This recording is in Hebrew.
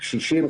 קשישים,